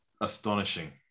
astonishing